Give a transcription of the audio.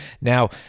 Now